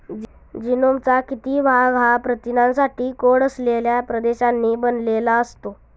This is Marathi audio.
जीनोमचा किती भाग हा प्रथिनांसाठी कोड असलेल्या प्रदेशांनी बनलेला असतो?